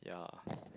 yeah